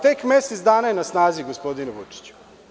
Tek mesec dana je na snazi, gospodine Vučiću.